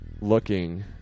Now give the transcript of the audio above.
looking